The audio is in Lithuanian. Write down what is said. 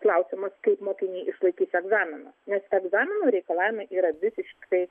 klausimas kaip mokiniai išlaikys egzaminus nes egzaminų reikalavimai yra visiškai